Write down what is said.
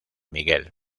miguel